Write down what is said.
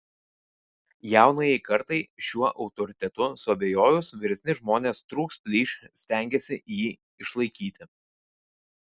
jaunajai kartai šiuo autoritetu suabejojus vyresni žmonės trūks plyš stengiasi jį išlaikyti